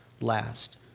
last